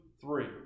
three